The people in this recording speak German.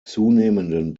zunehmenden